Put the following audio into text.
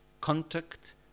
contact